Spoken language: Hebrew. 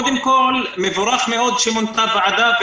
קודם כל מבורך מאוד שמונתה ועדה,